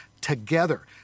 together